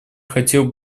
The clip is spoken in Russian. хотел